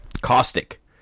caustic